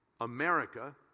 America